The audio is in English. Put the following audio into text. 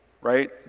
right